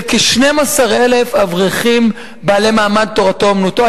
לכ-12,000 אברכים בעלי מעמד תורתו-אומנותו?